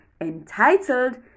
entitled